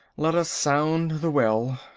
let us sound the well.